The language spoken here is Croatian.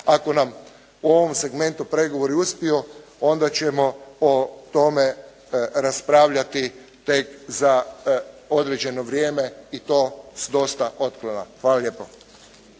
ako nam u ovom segmentu pregovori uspiju onda ćemo o tome raspravljati tek za određeno vrijeme i to s dosta otklona. Hvala lijepo.